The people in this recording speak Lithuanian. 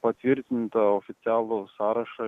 patvirtintą oficialų sąrašą